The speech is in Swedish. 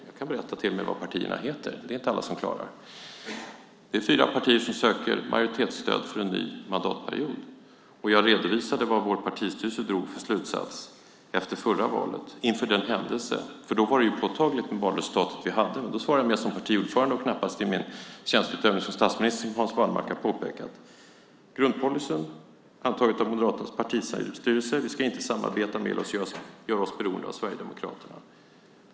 Jag kan till och med berätta vad partierna heter. Det är det inte alla som klarar. Det är fyra partier som söker majoritetsstöd för en ny mandatperiod. Jag redovisade vad vår partistyrelse drog för slutsats efter förra valet. Då var det påtagligt, med det valresultat vi hade. Jag svarar mer som partiordförande, knappast i min tjänsteutövning som statsminister, som Hans Wallmark har påpekat. Grundpolicyn, antagen av Moderaternas partistyrelse, är att vi inte ska samarbeta med eller göra oss beroende av Sverigedemokraterna.